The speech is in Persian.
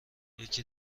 یکی